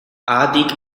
haatik